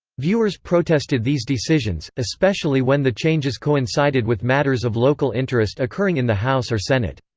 viewers protested these decisions, especially when the changes coincided with matters of local interest occurring in the house or senate.